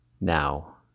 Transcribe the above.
now